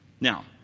Now